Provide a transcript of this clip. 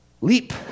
leap